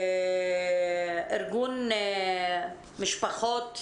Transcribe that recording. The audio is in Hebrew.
לארגון משפחות